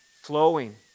flowing